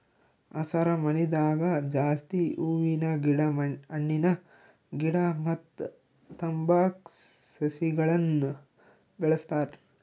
ಹಸರಮನಿದಾಗ ಜಾಸ್ತಿ ಹೂವಿನ ಗಿಡ ಹಣ್ಣಿನ ಗಿಡ ಮತ್ತ್ ತಂಬಾಕ್ ಸಸಿಗಳನ್ನ್ ಬೆಳಸ್ತಾರ್